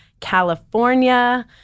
California